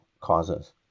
causes